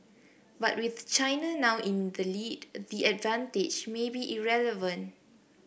but with China now in the lead the advantage may be irrelevant